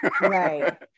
Right